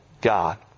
God